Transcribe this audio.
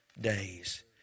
days